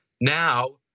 Now